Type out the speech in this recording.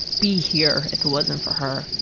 be here if it wasn't for her.